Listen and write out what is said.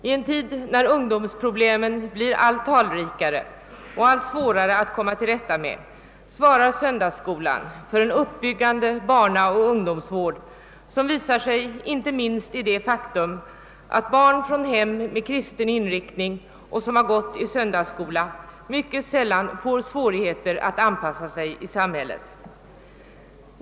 I en tid när ungdomsproblemen blir allt talrikare och svårare att komma till rätta med svarar söndagsskolan för en barnaoch ungdomsvård vars uppbyggande verkan visar sig inte minst i det faktum att barn från hem med kristen inriktning vilka gått i söndagsskola mycket sällan får svårigheter att anpassa sig i samhället.